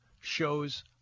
shows